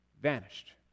vanished